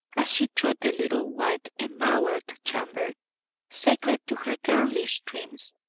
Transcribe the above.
as she trod the little white-embowered chamber sacred to her girlish dreams,